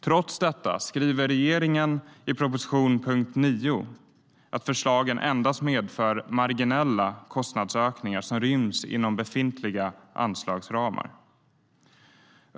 Trots detta skriver regeringen i propositionens punkt 9 att förslagen "endast medför marginella kostnadsökningar som ryms inom befintliga anslagsramar".